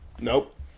Nope